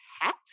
hat